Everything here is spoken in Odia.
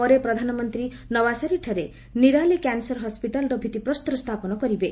ପରେ ପ୍ରଧାନମନ୍ତ୍ରୀ ନବସାରୀଠାରେ ନିରାଲି କ୍ୟାନ୍ସର ହସ୍କିଟାଲର ଭିଭିପ୍ରସ୍ତର ସ୍ଥାପନ କରିବେ